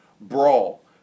brawl